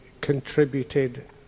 contributed